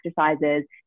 exercises